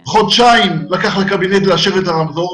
חודשיים, לקח לקבינט לאשר את הרמזור.